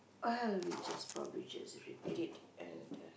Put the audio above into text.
uh we just probably just repeat it and